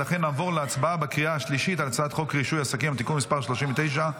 נעבור להצבעה בקריאה שלישית על הצעת חוק רישוי עסקים (תיקון מס' 39),